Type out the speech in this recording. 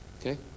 Okay